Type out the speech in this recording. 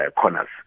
corners